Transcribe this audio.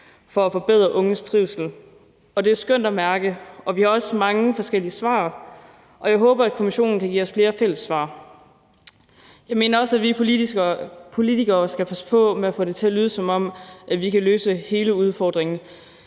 for at forbedre unges trivsel. Det er skønt at mærke, og vi har også mange forskellige svar, og jeg håber, at kommissionen kan give os flere fælles svar. Jeg mener også, at vi politikere skal passe på med at få det til at lyde, som om vi kan løse hele udfordringen.